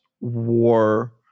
war